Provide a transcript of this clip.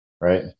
right